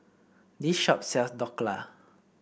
this shop sells Dhokla